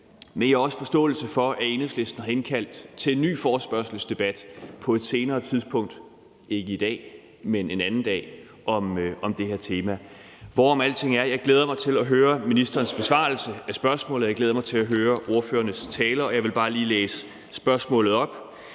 Jeg har også forståelse for, at Enhedslisten har indkaldt til en ny forespørgselsdebat på et senere tidspunkt, ikke i dag, men en anden dag om det her tema. Hvorom alting er, glæder jeg mig til at høre ministerens besvarelse af spørgsmålet, jeg glæder mig til at høre ordførernes taler. Jeg vil bare lige læse spørgsmålet op: